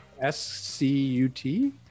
s-c-u-t